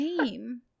name